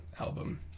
album